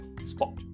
spot